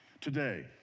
Today